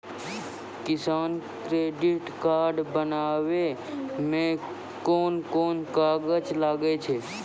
किसान credit card बनाबै मे कोन कोन कागज लागै छै?